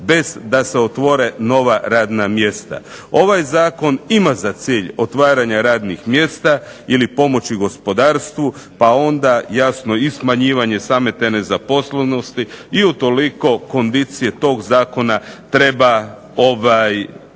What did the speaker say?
bez da se otvore nova radna mjesta. Ovaj zakon ima za cilj otvaranje radnih mjesta ili pomoći gospodarstvu, pa onda jasno i smanjivanje ta nezaposlenosti i utoliko kondicije tog zakona treba podržati.